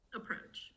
approach